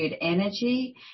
energy